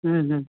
हूँ हूँ